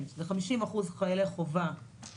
50% מהפוגעים הם חיילים חובה